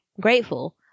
grateful